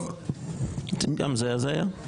גם זה הזיה.